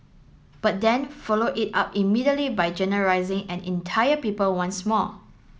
but then followed it up immediately by generalising an entire people once more